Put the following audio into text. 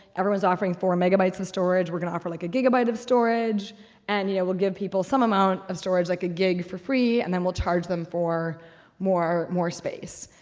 everyone's offering four and megabytes in storage, we're going to offer like a gigabyte of storage and yeah we'll give people some amount of storage like a gig for free and then we'll charge them for more more space.